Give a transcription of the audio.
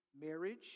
Marriage